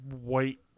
white